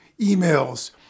emails